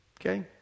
Okay